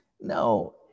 no